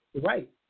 Right